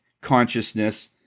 consciousness